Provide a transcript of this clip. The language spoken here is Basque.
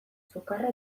sukarra